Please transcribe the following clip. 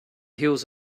heels